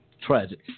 Tragic